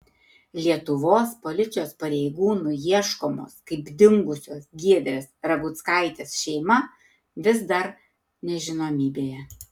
lietuvos policijos pareigūnų ieškomos kaip dingusios giedrės raguckaitės šeima vis dar nežinomybėje